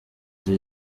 ari